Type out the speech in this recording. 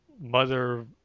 mother